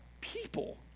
people